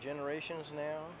generations now